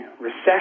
recession